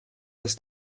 das